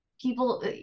people